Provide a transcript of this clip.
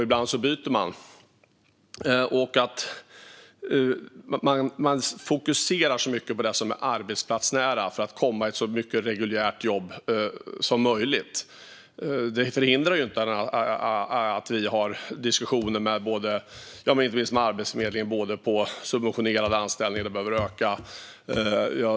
Ibland byter man också jobb. Vi behöver fokusera så mycket som möjligt på det som är arbetsplatsnära för att så många som möjligt ska komma i reguljära jobb. Det förhindrar inte att vi har diskussioner med inte minst Arbetsförmedlingen om subventionerade anställningar och att de behöver öka.